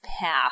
path